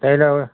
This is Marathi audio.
त्याल्या